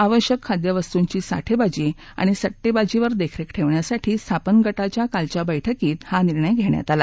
आवश्यक खाद्यवस्तूंची साठेबाजी आणि सट्टेबाजीवर देखरेख ठेवण्यासाठी स्थापन गटाच्या कालच्या बैठकीत हा निर्णय घेण्यात आला